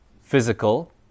Physical